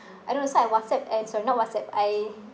and also I WhatsApp eh sorry not WhatsApp I